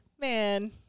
Man